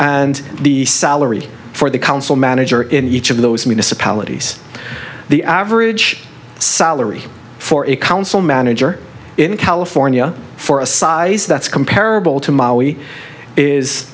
and the salary for the council manager in each of those municipalities the average salary for a council manager in california for a size that's comparable to m